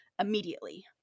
immediately